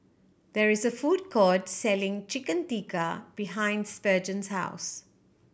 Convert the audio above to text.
there is a food court selling Chicken Tikka behind Spurgeon's house